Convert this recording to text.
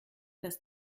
das